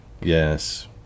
yes